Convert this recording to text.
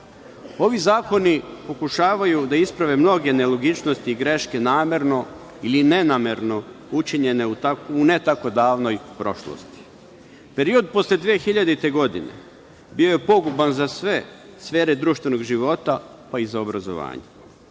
zakoni pokušavaju da isprave mnoge nelogičnosti i greške, namerno ili nenamerno učinjene u ne tako davnoj prošlosti. Period posle 2000. godine bio je poguban za sve sfere društvenog života, pa i za obrazovanje.